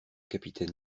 capitaine